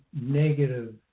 negative